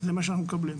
זה הנתון שאנחנו מקבלים.